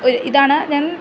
ഇതാണ് ഞാൻ